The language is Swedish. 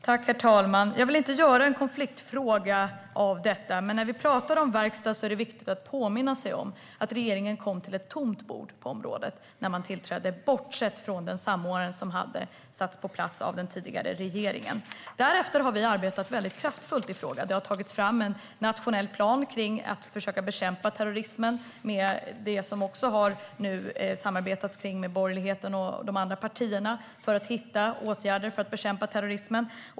Herr talman! Jag vill inte göra en konfliktfråga av detta, men när vi talar om verkstad är det viktigt att påminna sig om att regeringen kom till ett tomt bord på området när den tillträdde, bortsett från den samordnare som tillsattes av den tidigare regeringen. Därefter har vi arbetat kraftfullt i frågan. Det har tagits fram en nationell plan för att försöka bekämpa terrorism, och vi har samarbetat med borgerligheten och andra partier för att hitta åtgärder för att bekämpa terrorism.